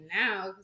now